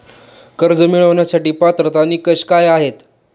कर्ज मिळवण्यासाठीचे पात्रता निकष काय आहेत?